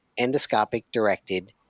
endoscopic-directed